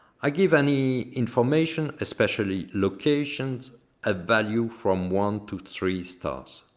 i give any information especially locations at value from one to three stars.